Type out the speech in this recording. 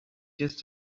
just